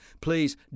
please